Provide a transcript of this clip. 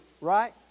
right